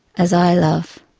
as i love.